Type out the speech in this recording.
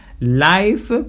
Life